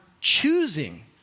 choosing